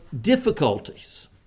difficulties